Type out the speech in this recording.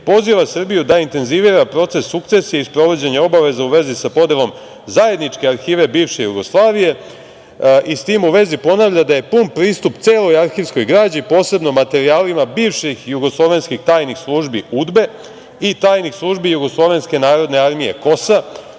poziva Srbiju da intenzivira proces sukcesije i sprovođenja obaveza u vezi sa podelom zajedničke arhive bivše Jugoslavije i s tim u vezi ponavlja da je pun pristup celoj arhivskoj građi, posebno materijalima bivših jugoslovenskih tajnih službi, UDBA-e i tajnih službi Jugoslovenske narodne armije, KOS-a